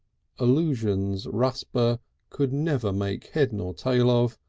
allusions rusper could never make head and or tail of,